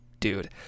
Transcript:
Dude